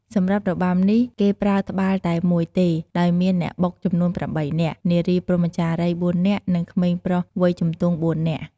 សម្រាប់របាំនេះគេប្រើត្បាល់តែមួយទេដោយមានអ្នកបុកចំនួន៨នាក់ នារីព្រហ្មចារីយ៍៤នាក់ និងក្មេងប្រុសវ័យជំទង់៤នាក់។